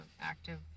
active